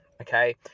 okay